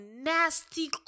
nasty